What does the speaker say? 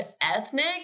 ethnic